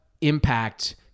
impact